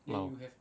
!wow!